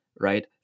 right